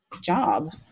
job